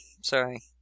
Sorry